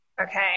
okay